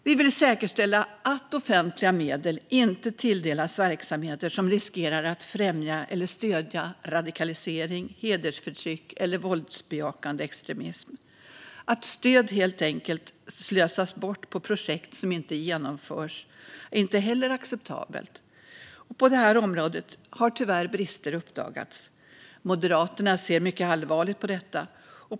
Vi vill säkerställa att offentliga medel inte tilldelas verksamheter som riskerar att främja eller stödja radikalisering, hedersförtryck eller våldsbejakande extremism. Att stöd helt enkelt slösas bort på projekt som inte genomförs är inte heller acceptabelt, och på det området har brister tyvärr uppdagats. Moderaterna ser mycket allvarligt på detta.